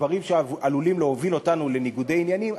דברים שעלולים להוביל אותנו לניגודי עניינים,